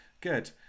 good